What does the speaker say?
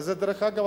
ודרך אגב,